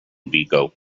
vigo